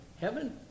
Heaven